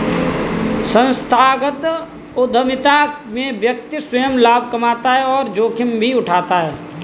संस्थागत उधमिता में व्यक्ति स्वंय लाभ कमाता है और जोखिम भी उठाता है